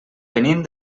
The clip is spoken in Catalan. venim